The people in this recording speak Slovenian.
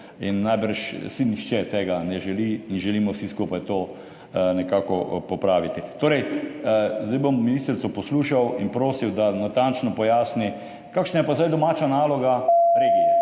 in najbrž si nihče tega ne želi in želimo vsi skupaj to nekako popraviti. Zdaj bom ministrico poslušal in prosil, da natančno pojasni, kakšna je pa zdaj domača naloga regije.